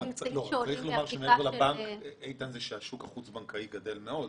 צריך לומר שהשוק החוץ בנקאי גדל מאוד.